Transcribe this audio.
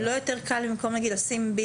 לא יותר קל לשים במקום: ביליארד,